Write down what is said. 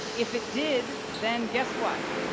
if it did, then guess what?